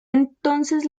entonces